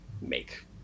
make